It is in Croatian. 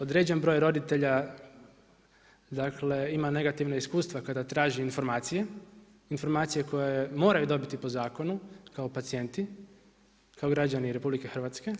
Određen broj roditelja ima negativna iskustva kada traži informacije, informacije koje moraju dobiti po zakonu, kao pacijenti, kao građani RH.